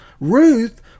Ruth